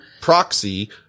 proxy